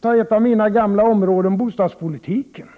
ta upp ett av mina gamla områden, nämligen bostadspolitiken.